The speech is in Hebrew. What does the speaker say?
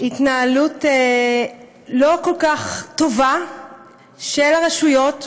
התנהלות לא כל כך טובה של הרשויות,